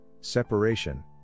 separation